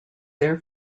their